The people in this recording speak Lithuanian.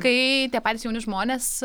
kai tie patys jauni žmonės